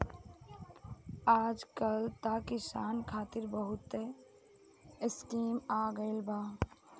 आजकल त किसान खतिर बहुत स्कीम आ गइल बा